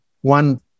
One